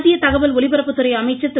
மத்திய தகவல் ஒலிபரப்புத்துறை அமைச்சர் திரு